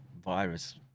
virus